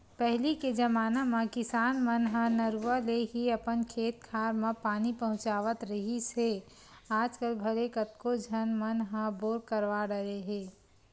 पहिली के जमाना म किसान मन ह नरूवा ले ही अपन खेत खार म पानी पहुँचावत रिहिस हे आजकल भले कतको झन मन ह बोर करवा डरे हे